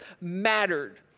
mattered